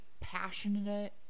passionate